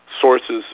sources